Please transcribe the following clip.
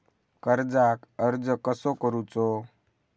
कर्जाक अर्ज कसो करूचो?